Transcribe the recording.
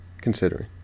considering